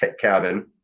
cabin